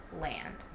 land